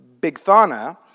Bigthana